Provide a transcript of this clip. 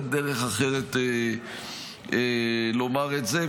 אין דרך אחרת לומר את זה.